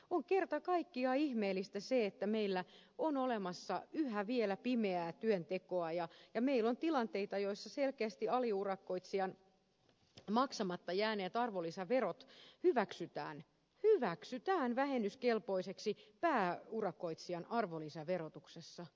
on kerta kaikkiaan ihmeellistä se että meillä on olemassa yhä vielä pimeää työntekoa ja meillä on tilanteita joissa selkeästi aliurakoitsijan maksamatta jääneet arvonlisäverot hyväksytään vähennyskelpoiseksi pääurakoitsijan arvonlisäverotuksessa